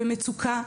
במצוקה,